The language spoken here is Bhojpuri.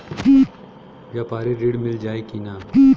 व्यापारी ऋण मिल जाई कि ना?